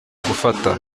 gufata